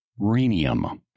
rhenium